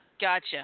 Gotcha